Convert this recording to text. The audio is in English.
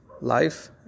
life